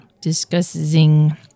discussing